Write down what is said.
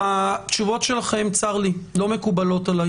התשובות שלכם, צר לי, לא מקובלות עליי